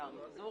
מתקן מחזור